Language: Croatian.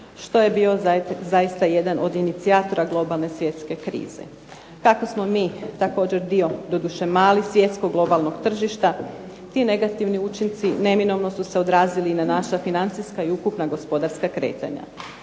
što je bio zaista jedan od inicijatora globalne svjetske krize. Kako smo mi također dio, doduše mali svjetskog globalnog tržišta ti negativni učinci neminovno su se odrazili i na naša financijska i ukupna gospodarska kretanja.